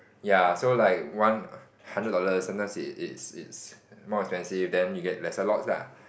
ya so like one hundred dollars sometimes it's it's it's more expensive then you get lesser lots lah